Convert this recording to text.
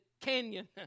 canyon